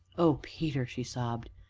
oh, peter! she sobbed,